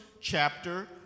chapter